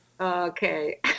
Okay